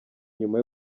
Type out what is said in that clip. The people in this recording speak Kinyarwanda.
nyuma